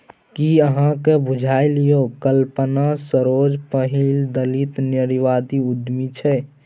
कि अहाँक बुझल यै कल्पना सरोज पहिल दलित नारीवादी उद्यमी छै?